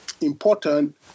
important